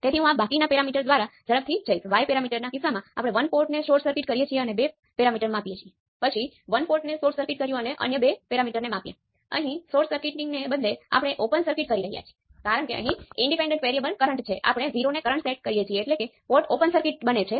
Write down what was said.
તેથી આ એક ઉદાહરણ છે જ્યાં z h અને g પેરામિટર સારી રીતે ડિફાઇન છે પરંતુ y પેરામિટર નથી